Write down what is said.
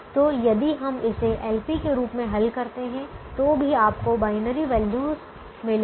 तो यदि हम इसे LP के रूप में हल करते हैं तो भी आपको बायनरी वैल्यू मिलेगी